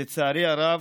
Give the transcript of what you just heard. לצערי הרב,